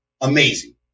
amazing